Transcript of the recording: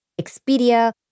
Expedia